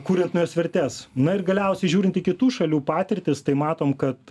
kuriant naujas vertes na ir galiausiai žiūrint į kitų šalių patirtis tai matom kad